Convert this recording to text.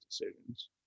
decisions